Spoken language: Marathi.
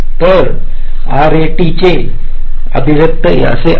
तर रॅटसाठीचे अभिव्यक्ती हे असे आहे